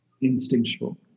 Instinctual